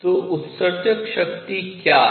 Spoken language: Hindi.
तो उत्सर्जक शक्ति क्या है